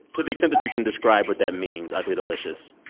to the extent that you can describe what that means ugly delicious.